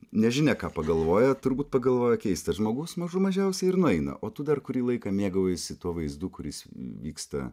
nežinia ką pagalvoja turbūt pagalvoja keistas žmogus mažų mažiausiai ir nueina o tu dar kurį laiką mėgaujiesi tuo vaizdu kuris vyksta